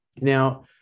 Now